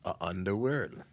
underworld